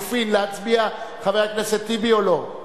להצביע על לחלופין, חבר הכנסת טיבי, או לא?